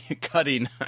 cutting